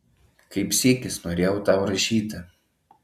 kaip sykis norėjau tau rašyti